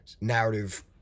narrative